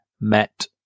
met